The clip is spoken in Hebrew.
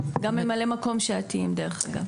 ממלאי-מקום שעתיים, דרך אגב.